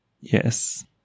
Yes